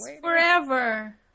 forever